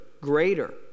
greater